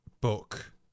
book